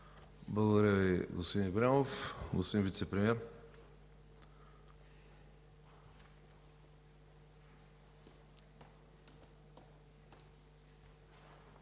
Благодаря Ви, господин Ибрямов. Господин Вицепремиер,